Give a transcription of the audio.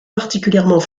particulièrement